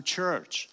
church